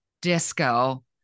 disco